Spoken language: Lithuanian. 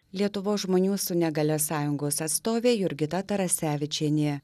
lietuvos žmonių su negalia sąjungos atstovė jurgita tarasevičienė